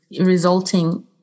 resulting